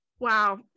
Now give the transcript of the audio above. Wow